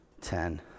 ten